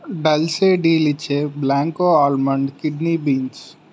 dulce de leche blanco almond kidney beans